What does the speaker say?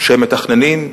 שהם מתכננים.